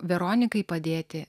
veronikai padėti